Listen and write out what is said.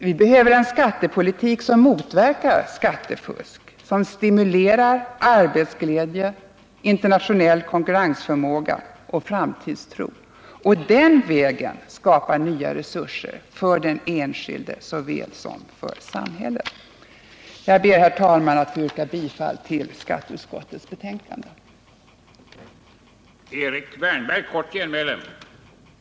Vi behöver en skattepolitik som motverkar skattefusk, som stimulerar arbetsglädje, internationell konkurrensförmåga och framtidstro och som den vägen skapar nya resurser såväl för den enskilde som för samhället. Jag ber, herr talman, att få yrka bifall till skatteutskottets hemställan i betänkandet nr 29.